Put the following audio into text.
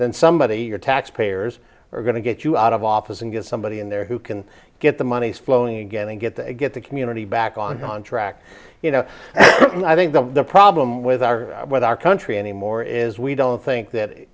then somebody or taxpayers are going to get you out of office and get somebody in there who can get the money flowing again and get it get the community back on track you know i think the problem with our with our country anymore is we don't think that